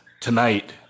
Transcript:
Tonight